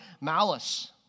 malice